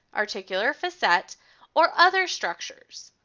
articular facet, or other structures.